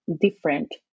different